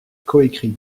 coécrit